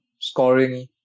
scoring